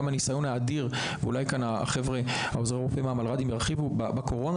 האנשים האלה בקורונה,